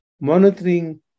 monitoring